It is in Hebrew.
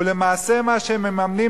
ולמעשה מה שהם מממנים,